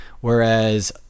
Whereas